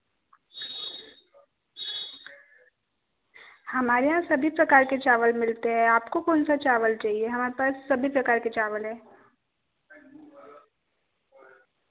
हमारे यहाँ सभी प्रकार के चावल मिलते हैं आपको कौन सा चावल चहिए हमारे पास सभी प्रकार के चावल हैं